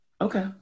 Okay